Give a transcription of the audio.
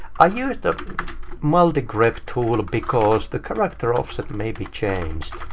i used the multigrep tool, because the character offset may be changed.